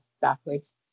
backwards